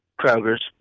Kroger's